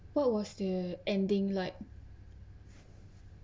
what was the ending like